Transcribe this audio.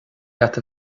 leat